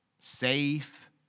safe